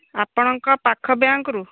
ଆପଣଙ୍କ ପାଖ ବ୍ୟାଙ୍କ୍ରୁ